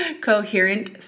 coherent